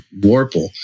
Warple